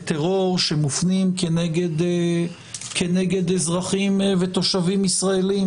וטרור שמופנים כנגד אזרחים ותושבים ישראלים,